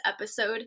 episode